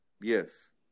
Yes